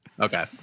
Okay